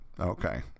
Okay